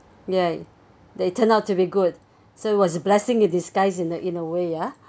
ya they turn out to be good so it was a blessing in disguise in that in a way ya